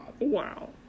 Wow